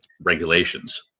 regulations